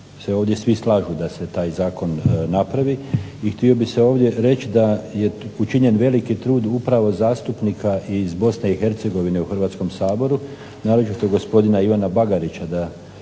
htio bih ovdje reći da je učinjen veliki trud upravo zastupnika iz Bosne i Hercegovine u Hrvatskom saboru, naročito gospodina Ivana Bagarića, da ovakav